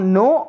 no